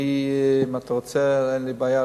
אם אתה רוצה, אין לי בעיה